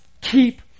keep